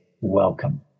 welcome